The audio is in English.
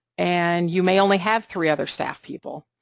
and you may only have three other staff people,